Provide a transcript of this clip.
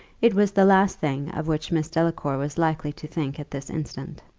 it was the last thing of which miss delacour was likely to think at this instant.